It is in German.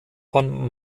von